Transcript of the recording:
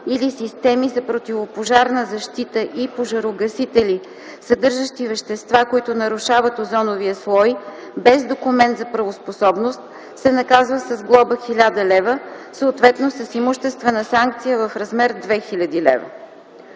или системи за противопожарна защита и пожарогасители, съдържащи вещества, които нарушават озоновия слой, без документ за правоспособност, се наказва с глоба 1000 лв., съответно с имуществена санкция в размер 2000 лв.”